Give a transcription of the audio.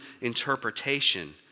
interpretation